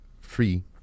free